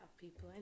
people